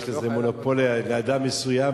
יש לזה מונופול לאדם מסוים,